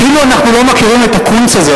כאילו אנחנו לא מכירים את הקונץ הזה.